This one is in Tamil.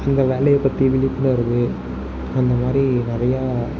அந்த வேலையைப் பற்றி விழிப்புணர்வு அந்தமாதிரி நிறையா